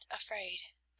afraid